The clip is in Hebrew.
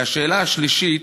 והשאלה השלישית: